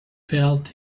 felt